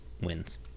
wins